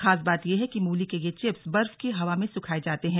खास बात ये है कि मूली के यह चिप्स बर्फ की हवा में सुखाए जाते हैं